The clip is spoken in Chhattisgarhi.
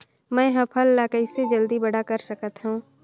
मैं ह फल ला कइसे जल्दी बड़ा कर सकत हव?